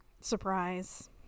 Surprise